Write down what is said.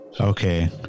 Okay